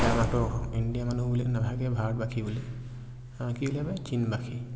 মানুহ ইণ্ডিয়া মানুহ বুলি নাভাবে ভাৰতবাসী বুলি কি বুলি চীনবাসী